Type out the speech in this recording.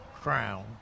crown